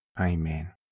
Amen